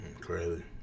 Crazy